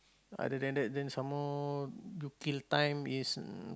other than that then some more you kill time is